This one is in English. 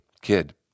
kid